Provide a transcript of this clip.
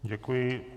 Děkuji.